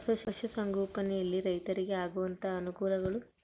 ಪಶುಸಂಗೋಪನೆಯಲ್ಲಿ ರೈತರಿಗೆ ಆಗುವಂತಹ ಅನುಕೂಲಗಳು?